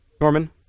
Norman